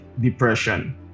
depression